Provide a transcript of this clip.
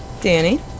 Danny